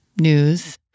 news